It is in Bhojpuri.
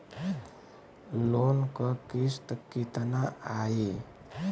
लोन क किस्त कितना आई?